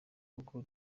koko